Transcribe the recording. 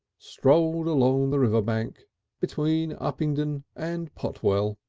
strolled along the river bank between uppingdon and potwell.